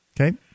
Okay